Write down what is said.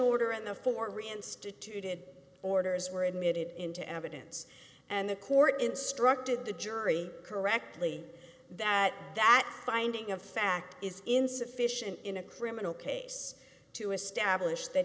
order and the four reinstituted orders were admitted into evidence and the court instructed the jury correctly that that finding of fact is insufficient in a criminal case to establish that